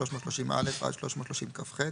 330א עד 330כח'".